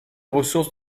ressources